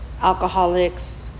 alcoholics